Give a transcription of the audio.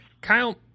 Kyle